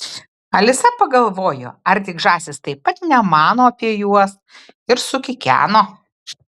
alisa pagalvojo ar tik žąsys taip pat nemano apie juos ir sukikeno